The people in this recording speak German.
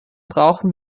brauchen